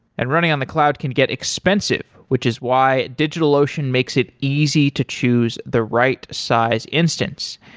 and running on the cloud can get expensive, which is why digitalocean makes it easy to choose the right size instance.